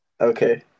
Okay